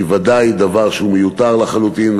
הנקודה הזאת היא ודאי דבר שהוא מיותר לחלוטין,